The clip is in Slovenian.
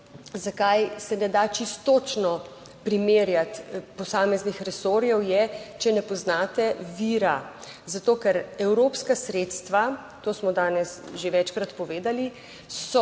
zakaj se ne da čisto točno primerjati posameznih resorjev je, če ne poznate vira, zato, ker evropska sredstva, to smo danes že večkrat povedali, so